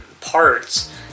parts